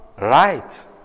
right